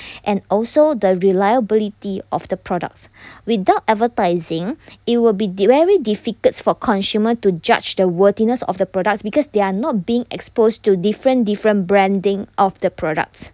and also the reliability of the products without advertising it will be very difficult for consumer to judge the worthiness of the products because they are not being exposed to different different branding of the products